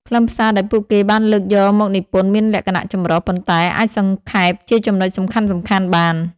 ខ្លឹមសារដែលពួកគេបានលើកយកមកនិពន្ធមានលក្ខណៈចម្រុះ ប៉ុន្តែអាចសង្ខេបជាចំណុចសំខាន់ៗបាន។